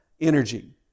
energy